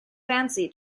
fancy